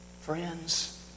Friends